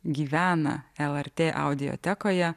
gyvena lrt audiotekoje